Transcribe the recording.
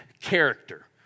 character